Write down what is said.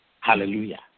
Hallelujah